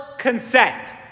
consent